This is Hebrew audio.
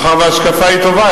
מאחר שההשקפה היא טובה,